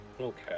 okay